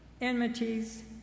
enmities